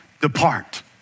Depart